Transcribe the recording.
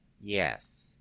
Yes